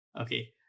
Okay